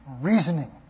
reasoning